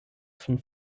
von